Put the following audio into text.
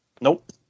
Nope